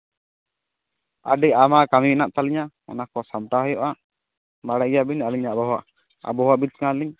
ᱟᱹᱰᱤ ᱟᱭᱢᱟ ᱠᱟᱹᱢᱤ ᱦᱮᱱᱟᱜ ᱛᱟᱞᱤᱧᱟ ᱚᱱᱟ ᱠᱚ ᱥᱟᱢᱴᱟᱣ ᱦᱩᱭᱩᱜᱼᱟ ᱵᱟᱲᱟᱭ ᱜᱮᱭᱟ ᱵᱤᱱ ᱟᱹᱞᱤᱧ ᱟᱵᱚᱦᱟᱣᱟ ᱵᱤᱫ ᱠᱟᱱᱟᱞᱤᱧ